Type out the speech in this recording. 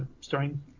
starring